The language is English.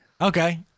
Okay